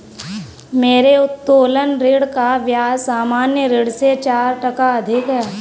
मेरे उत्तोलन ऋण का ब्याज सामान्य ऋण से चार टका अधिक है